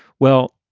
well,